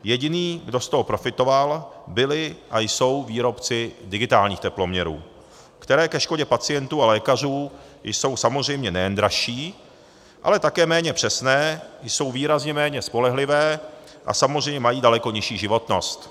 Jediný, kdo z toho profitoval, byly a jsou výrobci digitálních teploměrů, které ke škodě pacientů a lékařů jsou samozřejmě nejen dražší, ale také méně přesné, jsou výrazně méně spolehlivé a samozřejmě mají daleko nižší životnost.